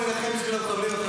תלך לסוריה לחברים שלך,